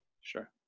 sure